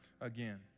again